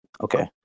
Okay